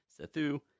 Sethu